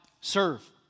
serve